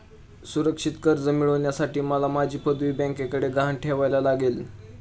सुरक्षित कर्ज मिळवण्यासाठी मला माझी पदवी बँकेकडे गहाण ठेवायला लागेल